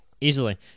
Easily